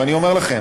ואני אומר לכם,